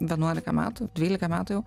vienuolika metų dvylika metų jau